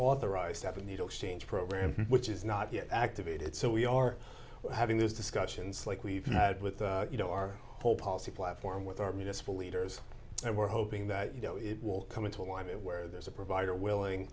authorized to have a needle exchange program which is not yet activated so we are having those discussions like we've had with you know our whole policy platform with our municipal leaders and we're hoping that you know it will come into live it where there's a provider willing